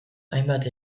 hainbat